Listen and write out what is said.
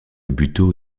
buteau